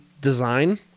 design